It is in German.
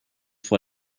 vor